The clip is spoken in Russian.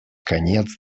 конец